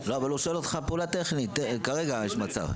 -- אבל הוא שואל אותך על פעולה טכנית כרגע אם יש מצב.